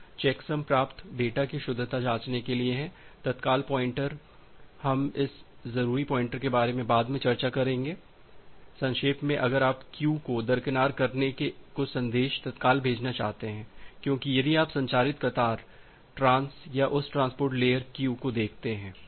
कुछ चेकसम प्राप्त डेटा की शुद्धता जांचने के लिए हैं तत्काल पॉइंटर हम इस जरूरी पॉइंटर के बारे में बाद में चर्चा करेंगे संक्षेप में अगर आप क्यु को दरकिनार करके कुछ संदेश तत्काल भेजना चाहते हैं क्योंकि यदि आप संचारित कतार ट्रांस या उस ट्रांसपोर्ट लेयर क्यु को देखते हैं